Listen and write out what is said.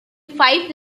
five